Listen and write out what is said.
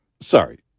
Sorry